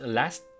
last